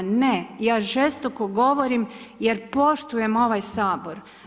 Ne, ja žestoko govorim jer poštujem ovaj Sabor.